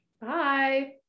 Bye